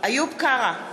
איוב קרא,